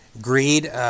Greed